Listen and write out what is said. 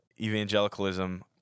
evangelicalism